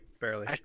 Barely